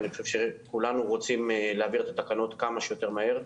אני חושב שכולנו רוצים להעביר את התקנות כמה שיותר מהר.